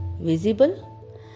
visible